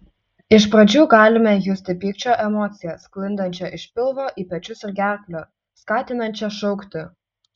iš pradžių galime justi pykčio emociją sklindančią iš pilvo į pečius ir gerklę skatinančią šaukti